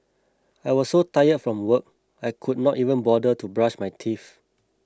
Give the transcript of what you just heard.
I was so tired from work I could not even bother to brush my teeth